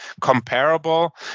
comparable